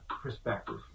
perspective